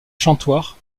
chantoirs